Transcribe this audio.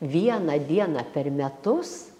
vieną dieną per metus